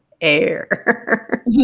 air